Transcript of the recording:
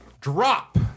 drop